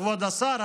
כבוד השר,